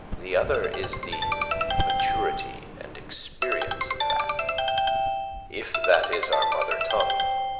the other is the maturity and experience of that if that is our mother tongue,